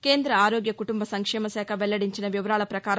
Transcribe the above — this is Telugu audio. కేంద్ర ఆరోగ్య కుటుంబ సంక్షేమ శాఖ వెల్లడించిన వివరాల పకారం